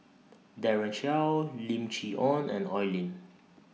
Daren Shiau Lim Chee Onn and Oi Lin